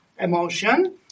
emotion